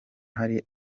hari